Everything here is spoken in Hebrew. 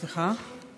סליחה.